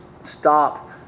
stop